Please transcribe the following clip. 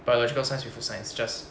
biological science with food science just